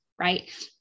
Right